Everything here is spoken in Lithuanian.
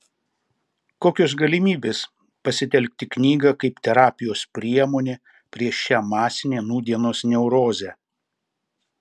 kokios galimybės pasitelkti knygą kaip terapijos priemonę prieš šią masinę nūdienos neurozę